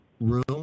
room